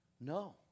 No